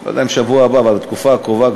לא יודע אם בשבוע הבא, אבל בתקופה הקרובה,